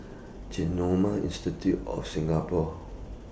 Genome Institute of Singapore